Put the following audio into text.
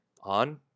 on